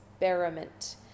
experiment